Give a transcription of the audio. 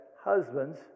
husbands